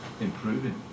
improving